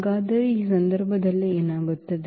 ಹಾಗಾದರೆ ಈ ಸಂದರ್ಭದಲ್ಲಿ ಏನಾಗುತ್ತದೆ